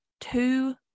two